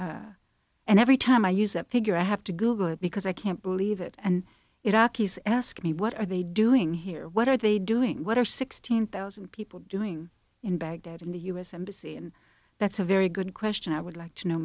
them and every time i use that figure i have to google it because i can't believe it and iraq he's asked me what are they doing here what are they doing what are sixteen thousand people doing in baghdad in the u s embassy and that's a very good question i would like to know